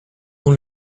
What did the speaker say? dont